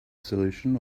solution